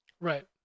Right